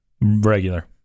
Regular